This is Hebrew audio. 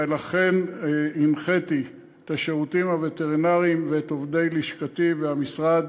ולכן הנחיתי את השירותים הווטרינריים ואת עובדי לשכתי והמשרד